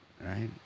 right